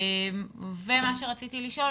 מה שרציתי לשאול,